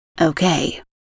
Okay